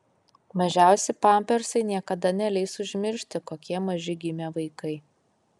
mažiausi pampersai niekada neleis užmiršti kokie maži gimė vaikai